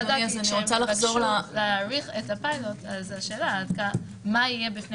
כשיבקשו להאריך את הפילוט השאלה מה יהיה בפני